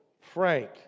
frank